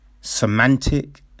semantic